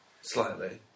slightly